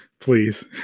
please